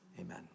Amen